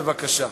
בבקשה.